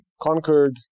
conquered